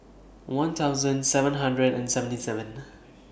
one thousand seven hundred and seventy seven